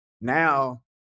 now